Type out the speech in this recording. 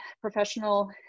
professional